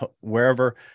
wherever